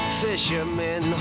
fishermen